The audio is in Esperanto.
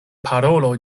parolo